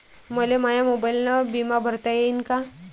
मले माया मोबाईलनं बिमा भरता येईन का?